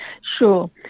Sure